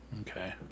Okay